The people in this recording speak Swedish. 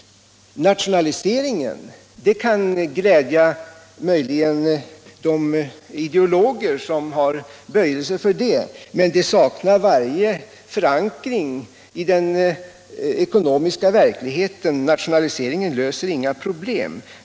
En nationalisering kan möjligen glädja de ideologer som har böjelse för det, men den saknar varje förankring i den ekonomiska verkligheten. Genom nationalisering löser man inga problem.